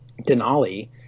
Denali